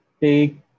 take